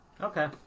Okay